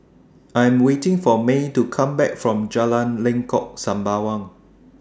I Am waiting For Mae to Come Back from Jalan Lengkok Sembawang